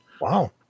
Wow